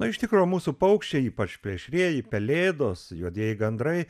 na iš tikro mūsų paukščiai ypač plėšrieji pelėdos juodieji gandrai